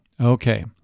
Okay